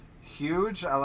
huge